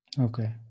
okay